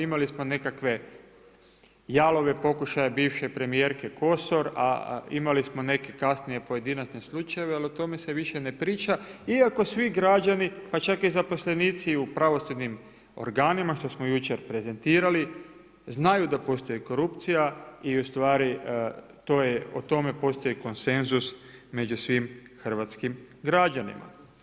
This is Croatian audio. Imali smo nekakve jalove pokušaje bivše premijerke Kosor, a imali smo neke kasnije pojedinačne slučajeve, ali o tome se više ne priča iako svi građani, pa čak i zaposlenici u pravosudnim organima što smo jučer prezentirali znaju da postoji korupcija ustvari o tome postoji konsenzus među svim hrvatskim građanima.